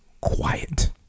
quiet